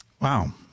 Wow